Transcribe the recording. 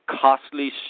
costly